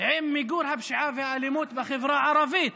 עם מיגור הפשיעה והאלימות בחברה הערבית?